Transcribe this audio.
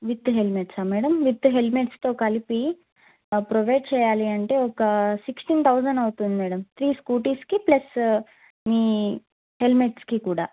with helmets madam with హెల్మెట్స్తో కలిపి provide చేయాలి అంటే ఒక సిక్స్టీన్ థౌజండ్ అవుతుంది మేడం త్రీ స్కూటీస్కి ప్లస్ మీ హెల్మెట్స్కి కూడా